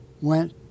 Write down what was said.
went